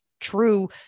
true